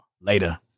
Later